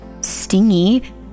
stingy